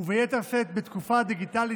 וביתר שאת בתקופה הדיגיטלית,